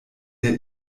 der